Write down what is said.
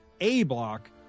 A-block